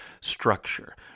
structure